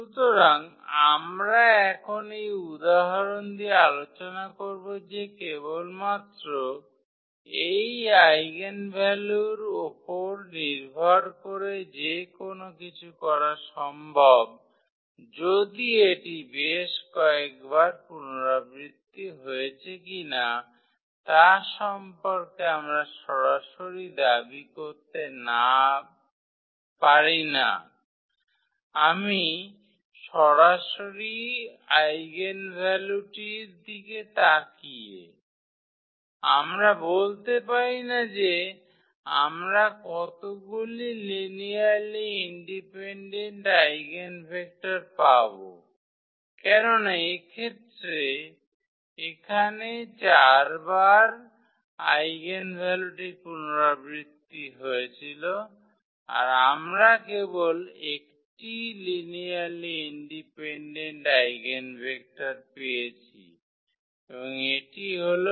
সুতরাং আমরা এখন এই উদাহরণ দিয়ে আলোচনা করব যে কেবলমাত্র এই আইগেনভ্যালুর উপর নির্ভর করে যেকোনো কিছু করা সম্ভব যদি এটি বেশ কয়েকবার পুনরাবৃত্তি হয়েছে কিনা তা সম্পর্কে আমরা সরাসরি দাবি করতে পারি না আমি সরাসরি আইগেনভ্যালুটির দিকে তাকিয়ে আমরা বলতে পারি না যে আমরা কতগুলি লিনিয়ারলি ইন্ডিপেনডেন্ট আইগেনভেক্টর পাব কেননা এ ক্ষেত্রেই এখানে 4 বার আইগেনভ্যালুটি পুনরাবৃত্তি হয়েছিল আর আমরা কেবল একটিই লিনিয়ারলি ইন্ডিপেন্ডেন্ট আইগেনভেক্টর পেয়েছি এবং এটি হল